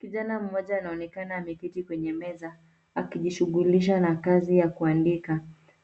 Kijana mmoja anaonekana ameketi kwenye meza ,akijishughulisha na kazi ya kuandika